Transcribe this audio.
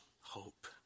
hope